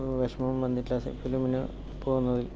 വിഷമവും വന്നിട്ടില്ല സി ഫിലിമിന് പോകുന്നതിൽ